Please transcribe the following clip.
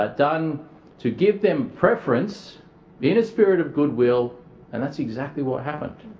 ah done to give them preference in a spirit of goodwill and that's exactly what happened.